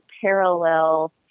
parallel